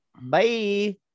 bye